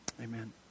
amen